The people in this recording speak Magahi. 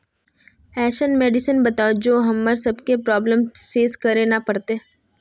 ऐसन मेडिसिन बताओ जो हम्मर सबके प्रॉब्लम फेस करे ला ना पड़ते?